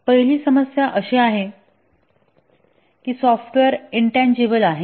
पहिली समस्या अशी आहे की सॉफ्टवेअर इंटनजिबल आहे